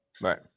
Right